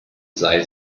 sei